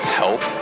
help